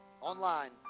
online